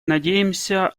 надеемся